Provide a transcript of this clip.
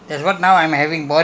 boring life lah there